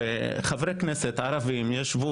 ולצערי, חברי כנסת ערבים קידמו